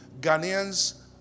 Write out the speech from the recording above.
Ghanaians